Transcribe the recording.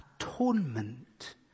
atonement